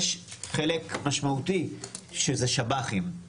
יש חלק משמעותי שזה שוהים בלתי חוקיים.